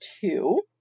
two